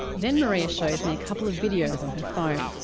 then marea shows me a couple of videos on her phone.